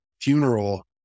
funeral